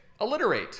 alliterate